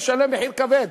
ישלם מחיר כבד.